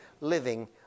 living